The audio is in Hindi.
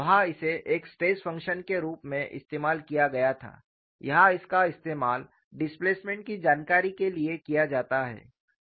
वहां इसे एक स्ट्रेस फंक्शन के रूप में इस्तेमाल किया गया था यहाँ इसका इस्तेमाल डिस्प्लेसमेंट की जानकारी के लिए किया जाता है